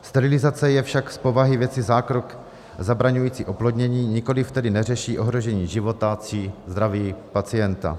Sterilizace je však z povahy věci zákrok zabraňující oplodnění, nikoliv tedy neřeší ohrožení života či zdraví pacienta.